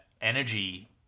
energy